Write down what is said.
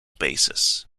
basis